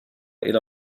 إلى